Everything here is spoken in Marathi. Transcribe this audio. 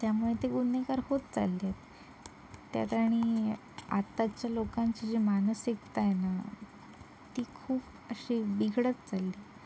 त्यामुळे ते गुन्हेगार होत चालले आहेत त्यात आणि आताच्या लोकांची जी मानसिकता आहे ना ती खूप अशी बिघडत चालली